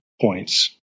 points